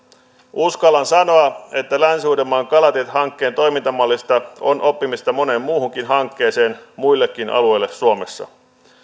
uskallan sanoa että länsi uudenmaan kalatiehankkeen toimintamallista on oppimista moneen muuhunkin hankkeeseen muillekin alueille suomessa